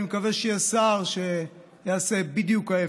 אני מקווה שיהיה שר שיעשה בדיוק ההפך.